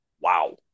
Wow